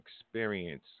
experience